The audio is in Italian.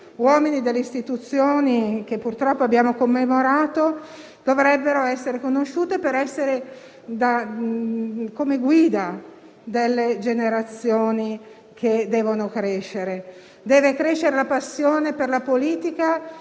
uomini delle istituzioni che purtroppo abbiamo commemorato, dovrebbero essere conosciute per fungere da guida delle generazioni che devono crescere. Deve crescere la passione per la politica